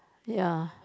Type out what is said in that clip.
ya